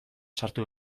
sartu